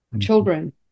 children